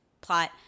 plot